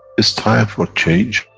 it's time for change,